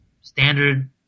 Standard